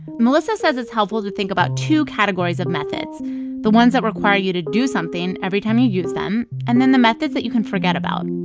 melissa says it's helpful to think about two categories of methods the ones that require you to do something every time you use them and then the methods that you can forget about.